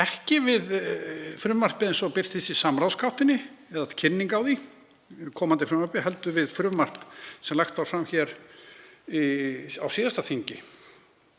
ekki við frumvarpið eins og það birtist í samráðsgáttinni eða við kynningu á því komandi frumvarpi heldur við frumvarp sem lagt var fram hér á síðasta þingi